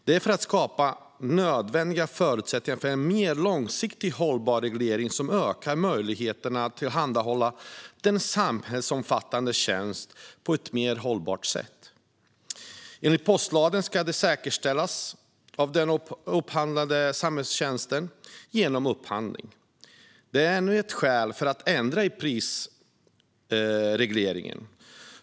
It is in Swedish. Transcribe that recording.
Det är för att skapa nödvändiga förutsättningar för en mer långsiktigt hållbar reglering som ökar möjligheterna att tillhandahålla denna samhällsomfattande tjänst på ett mer hållbart sätt. Enligt postlagen ska den samhällsomfattande tjänsten säkerställas genom upphandling. Detta är ännu ett skäl för att ändra i prisregleringen.